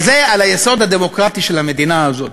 וזה היסוד הדמוקרטי של המדינה הזאת.